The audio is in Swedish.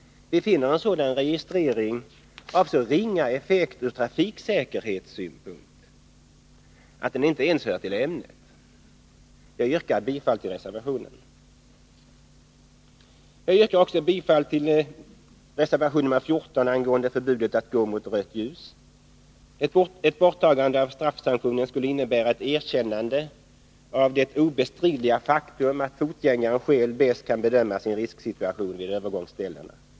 Vi finner en sådan registrering av så ringa effekt ur trafiksäkerhetssynpunkt att den inte ens hör till ämnet. Jag yrkar bifall till reservationen. Jag yrkar också bifall till reservation nr 14 angående förbudet att gå mot rött ljus. Ett borttagande av straffsanktionen skulle innebära ett erkännande av det obestridliga faktum att fotgängaren själv bäst kan bedöma sin risksituation vid övergångsställena.